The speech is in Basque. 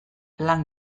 lan